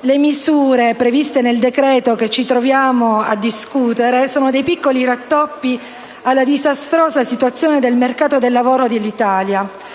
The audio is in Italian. Le misure previste nel decreto che ci troviamo a discutere sono dei piccoli rattoppi alla disastrosa situazione del mercato del lavoro in Italia.